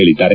ಹೇಳಿದ್ದಾರೆ